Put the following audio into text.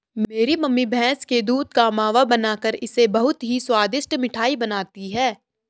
मेरी मम्मी भैंस के दूध का मावा बनाकर इससे बहुत ही स्वादिष्ट मिठाई बनाती हैं